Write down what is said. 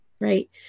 right